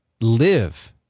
live